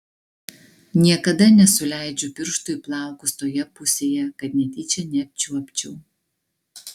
niekada nesuleidžiu pirštų į plaukus toje pusėje kad netyčia neapčiuopčiau